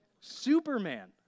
Superman